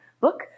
book